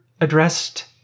addressed